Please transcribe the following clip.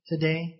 today